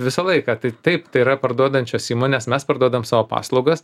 visą laiką tai taip tai yra parduodančios įmonės mes parduodam savo paslaugas